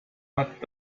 hat